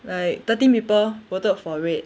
like thirty people voted for red